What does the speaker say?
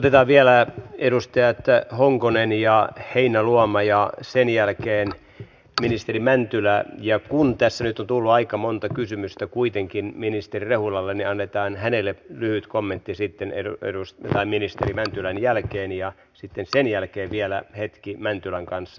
otetaan vielä edustajat honkonen ja heinäluoma ja sen jälkeen ministeri mäntylä ja kun tässä nyt on tullut aika monta kysymystä kuitenkin ministeri rehulalle niin annetaan hänelle lyhyt kommentti sitten ministeri mäntylän jälkeen ja sitten sen jälkeen vielä hetki mäntylän kanssa